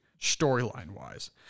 storyline-wise